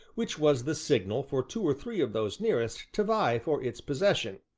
which was the signal for two or three of those nearest to vie for its possession,